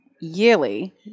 yearly